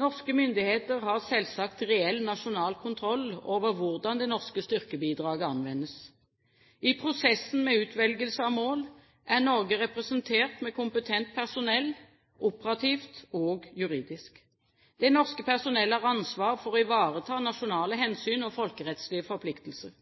Norske myndigheter har selvsagt reell nasjonal kontroll over hvordan det norske styrkebidraget anvendes. I prosessen med utvelgelse av mål er Norge representert med kompetent personell, operativt og juridisk. Det norske personellet har ansvar for å ivareta nasjonale hensyn og folkerettslige forpliktelser.